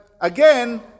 again